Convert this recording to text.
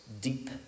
deep